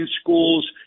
schools